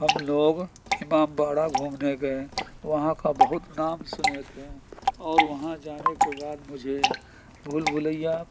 ہم لوگ امام باڑہ گھومنے گئے وہاں کا بہت نام سنے تھے اور وہاں جانے کے بعد مجھے بھول بھلیا